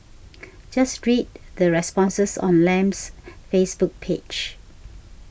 just read the responses on Lam's Facebook page